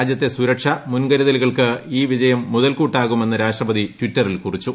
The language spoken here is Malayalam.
രാജ്യത്തെ സുരക്ഷ മുൻകരുതലുകൾക്ക് ഈ വിജയം മുതൽക്കൂട്ടാകുമെന്ന് രാഷ്ട്രപതി ട്വിറ്ററിൽ കുറിച്ചു